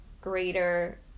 greater